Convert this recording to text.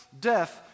death